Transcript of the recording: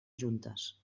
juntes